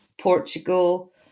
Portugal